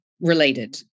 related